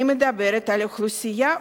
אני מדברת על אוכלוסייה עובדת.